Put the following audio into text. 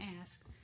ask